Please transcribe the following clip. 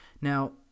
Now